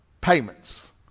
payments